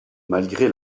malgré